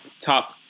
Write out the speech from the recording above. top